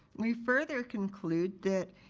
we further conclude that,